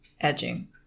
edging